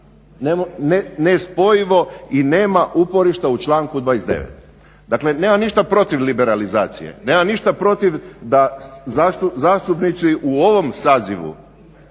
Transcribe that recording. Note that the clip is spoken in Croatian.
Nespojivo i nema uporišta u članku 29. Dakle nemam ništa protiv liberalizacije, nemam ništa protiv da zastupnici u ovom sazivu,